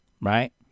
Right